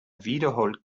wiederholt